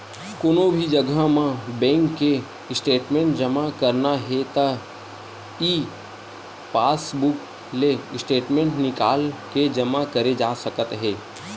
कोनो भी जघा म बेंक के स्टेटमेंट जमा करना हे त ई पासबूक ले स्टेटमेंट निकाल के जमा करे जा सकत हे